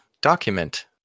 document